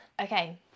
Okay